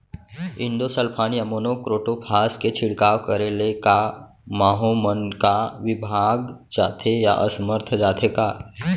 Endosulfan या monocrotophos के छिड़काव करे ले क माहो मन का विभाग जाथे या असमर्थ जाथे का?